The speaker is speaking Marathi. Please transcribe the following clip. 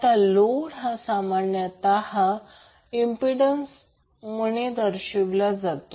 आता भार हा सामान्यतः इम्पिडंस दर्शविला जातो